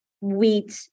wheat